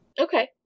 Okay